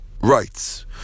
rights